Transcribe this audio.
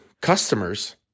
customers